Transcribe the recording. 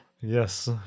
Yes